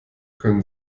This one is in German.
können